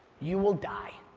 you will die.